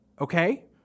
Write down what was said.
Okay